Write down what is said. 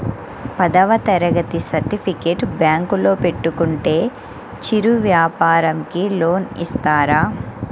పదవ తరగతి సర్టిఫికేట్ బ్యాంకులో పెట్టుకుంటే చిరు వ్యాపారంకి లోన్ ఇస్తారా?